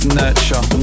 nurture